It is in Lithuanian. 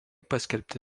paskelbti